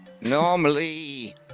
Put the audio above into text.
Normally